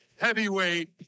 heavyweight